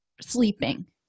sleeping